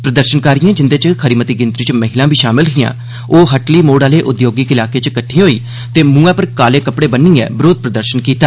प्रदर्षनकारिएं जिंदे च खरी मती गिनतरी च महिलां बी शामल हिआं ओह् हटली मोड़ आहले उद्योगिक इलाके च किट्ठे होए ते मुंहै पर काले कपड़े बन्नियै बरोध प्रदर्शन कीता